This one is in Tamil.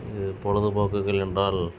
இது பொழுதுபோக்குகள் என்றால்